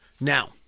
Now